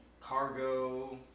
cargo